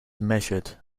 measured